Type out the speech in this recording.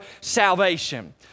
salvation